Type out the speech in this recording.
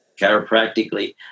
chiropractically